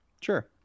Sure